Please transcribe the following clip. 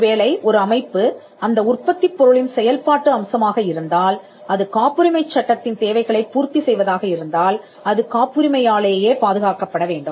ஒருவேளை ஒரு அமைப்பு அந்த உற்பத்திப் பொருளின் செயல்பாட்டு அம்சமாக இருந்தால் அது காப்புரிமைச் சட்டத்தின் தேவைகளைப் பூர்த்தி செய்வதாக இருந்தால் அது காப்புரிமையாலேயே பாதுகாக்கப்பட வேண்டும்